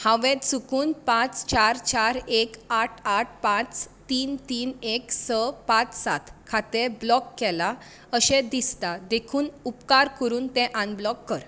हांवें चुकून पांच चार चार एक आठ आठ पांच तीन तीन एक स पांच सात खातें ब्लॉक केलां अशें दिसता देखून उपकार करून तें अनब्लॉक कर